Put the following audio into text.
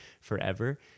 forever